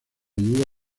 ayuda